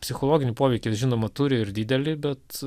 psichologinį poveikį žinoma turi ir didelį bet